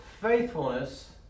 faithfulness